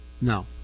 No